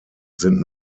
sind